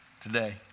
today